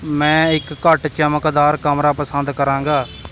ਮੈਂ ਇੱਕ ਘੱਟ ਚਮਕਦਾਰ ਕਮਰਾ ਪਸੰਦ ਕਰਾਂਗਾ